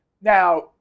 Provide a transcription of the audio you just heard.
Now